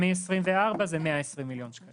ומ-2024 זה 120 מיליון שקלים.